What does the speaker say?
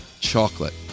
chocolate